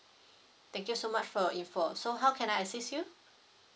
thank you so much for your info so how can I assist you